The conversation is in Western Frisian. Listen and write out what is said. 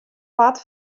part